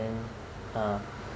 uh